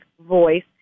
voice